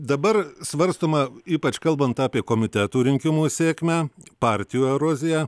dabar svarstoma ypač kalbant apie komitetų rinkimų sėkmę partijų eroziją